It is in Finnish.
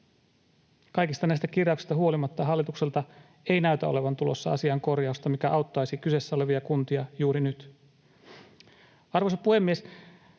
Kaikista näistä kirjauksista huolimatta hallitukselta ei näytä olevan tulossa asiaan sellaista korjausta, mikä auttaisi kyseessä olevia kuntia juuri nyt. Arvoisa puhemies!